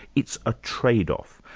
it's a trade-off.